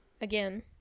again